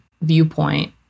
viewpoint